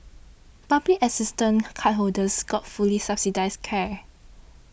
public assistance cardholders got fully subsidised care